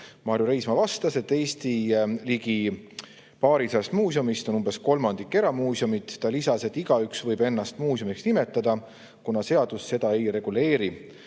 Marju Reismaa vastas, et Eesti ligi paarisajast muuseumist on umbes kolmandik eramuuseumid. Ta lisas, et igaüks võib ennast muuseumiks nimetada, kuna seadus seda ei reguleeri.